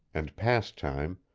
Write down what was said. and pastime,